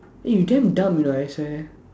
eh you damn dumb you know I swear